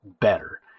better